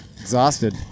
Exhausted